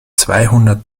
zweihundert